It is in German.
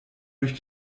durch